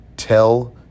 Tell